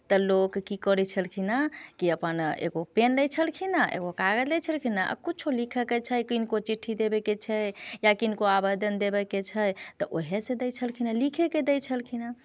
तऽ लोक की करै छलखिन हेँ कि अपन एगो पेन लै छलखिन हेँ एगो कागज लै छलखिन हेँ आ किछो लिखैके छै किनको चिठ्ठी देबयके छै या किनको आवेदन देबयके छै तऽ उएह से दै छलखिन हेँ लिखयके दै छलखिन हेँ